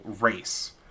race